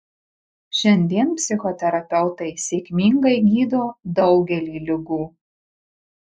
šiandien psichoterapeutai sėkmingai gydo daugelį ligų